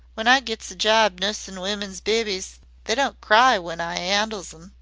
when i gets a job nussin' women's bibies they don't cry when i andles em.